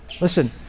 Listen